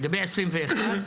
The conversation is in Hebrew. לגבי 21',